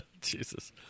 Jesus